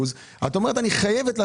אבל אם הפגיעה הייתה ב-30%,